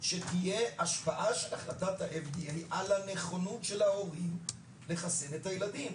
שתהיה השפעה של החלטת ה-FDA על הנכונות של ההורים לחסן את הילדים,